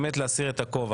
באמת להסיר את הכובע.